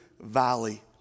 Valley